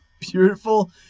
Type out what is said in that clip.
beautiful